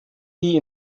die